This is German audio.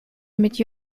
mit